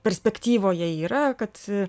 perspektyvoje yra kad